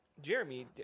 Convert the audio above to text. Jeremy